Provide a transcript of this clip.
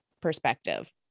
perspective